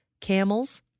camels